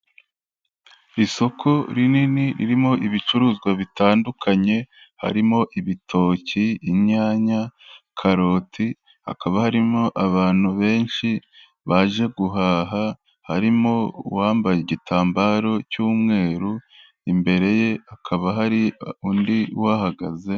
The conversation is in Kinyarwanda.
Isoko rinini ririmo ibicuruzwa bitandukanye harimo ibitoki inyanya karoti, hakaba, harimo abantu benshi baje guhaha, harimo uwambaye igitambaro cy'umweru, imbere ye hakaba hari undi uhahagaze.